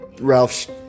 Ralph